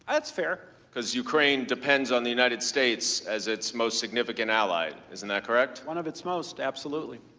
that's fair. because ukraine depended on the united states as its most significant ally, is and that correct? one of its most. absolutely.